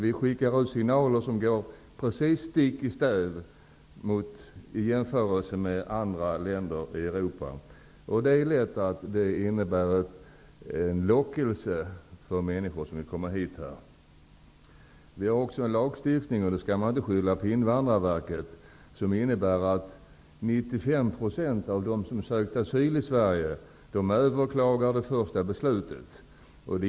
Vi skickar alltså ut signaler som går stick i stäv mot vad andra länder i Europa gör, och det kan innebära en lockelse för människor som vill komma hit. Vi har också en lagstiftning -- och den skall man inte skylla på Invandrarverket -- som bidrar till att 95 % av dem som söker asyl i Sverige överklagar det första beslutet.